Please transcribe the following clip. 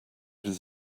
his